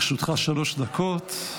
לרשותך שלוש דקות.